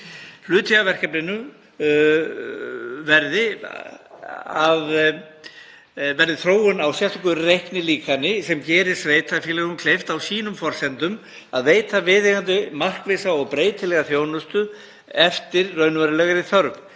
Hluti af verkefninu verði þróun á sérstöku reiknilíkani sem gerir sveitarfélögum kleift á sínum forsendum að veita viðeigandi markvissa og breytilega þjónustu eftir raunverulegri þörf